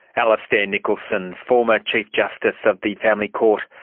alastair nicholson, former chief justice of the family court,